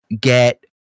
get